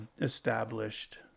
established